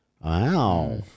Wow